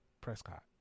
Prescott